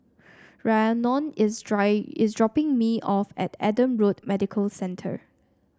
Rhiannon is dry is dropping me off at Adam Road Medical Centre